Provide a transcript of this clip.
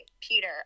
Peter